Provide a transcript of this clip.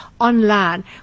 online